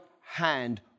hand